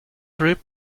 trip